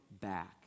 back